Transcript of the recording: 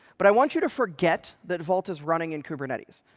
but i want you to forget that vault is running in kubernetes.